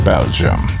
Belgium